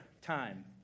time